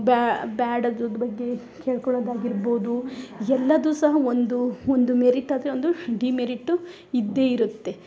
ಬ್ಯಾ ಬೇಡದುದ್ದ್ ಬಗ್ಗೆ ಕೇಳ್ಕೊಳ್ಳೊದಾಗಿರ್ಬೋದು ಎಲ್ಲದು ಸಹ ಒಂದು ಒಂದು ಮೆರಿಟ್ ಆದರೆ ಒಂದು ಡಿಮೆರಿಟು ಇದ್ದೇ ಇರುತ್ತೆ